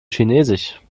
chinesisch